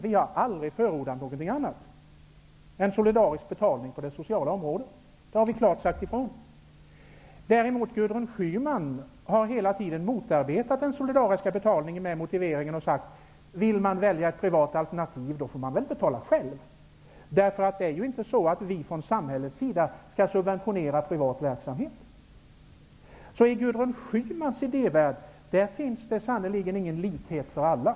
Vi har aldrig förordat något annat än solidarisk betalning på det sociala området. Det har vi klart sagt. Däremot har Gudrun Schyman hela tiden motarbetat den solidariska betalningen med motiveringen att man får betala själv om man vill välja ett privat alternativ. Från samhällets sida skall vi alltså inte subventionera privat verksamhet. I Gudrun Schymans idévärld finns det sannerligen ingen likhet för alla.